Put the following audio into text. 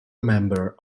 member